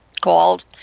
called